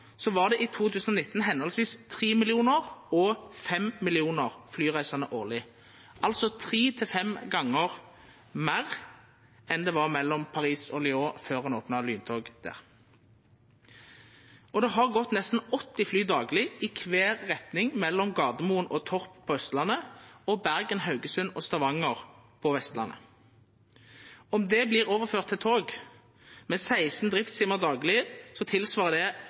millionar flyreisande årleg, altså tre–fem gonger meir enn det var mellom Paris og Lyon før ein opna lyntog der. Det har gått nesten 80 fly dagleg i kvar retning mellom Gardermoen og Torp på Austlandet og Bergen, Haugesund og Stavanger på Vestlandet. Om det vert overført til tog, med 16 driftstimar dagleg, svarar det til ca. fem avgangar i timen i kvar retning. Samla sett er det